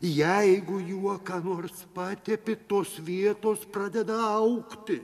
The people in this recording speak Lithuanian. jeigu juo ką nors patepi tos vietos pradeda augti